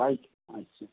bike আচ্ছা